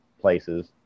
places